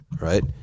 right